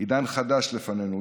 עידן חדש לפנינו,